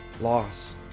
loss